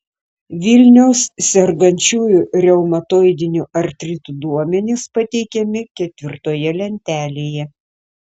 vilniaus sergančiųjų reumatoidiniu artritu duomenys pateikiami ketvirtoje lentelėje